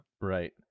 Right